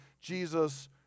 Jesus